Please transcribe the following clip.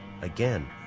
again